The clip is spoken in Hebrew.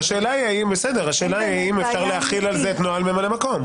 האם אפשר להחיל על זה את נוהל ממלא מקום?